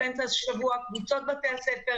קבוצות בתי הספר?